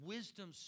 Wisdom